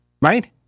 Right